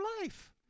life